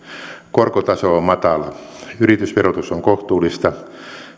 korkotaso on matala yritysverotus on kohtuullista